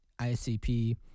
ICP